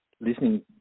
Listening